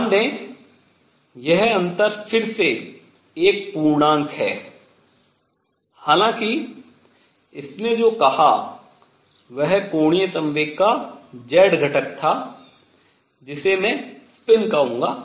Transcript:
ध्यान दें यह अंतर फिर से एक पूर्णांक है हालाँकि इसने जो कहा वह कोणीय संवेग का z घटक था जिसे मैं स्पिन कहूँगा